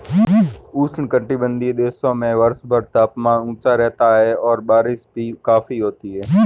उष्णकटिबंधीय देशों में वर्षभर तापमान ऊंचा रहता है और बारिश भी काफी होती है